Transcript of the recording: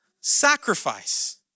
sacrifice